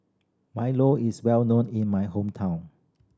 milo is well known in my hometown